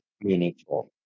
meaningful